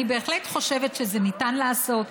אני בהחלט חושבת שזה ניתן לעשות,